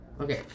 Okay